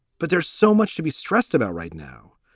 but there's so much to be stressed about right now.